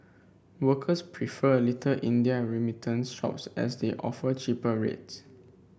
workers prefer Little India remittance shops as they offer cheaper rates